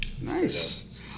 Nice